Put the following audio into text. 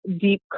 deep